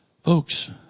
Folks